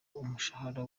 umushahara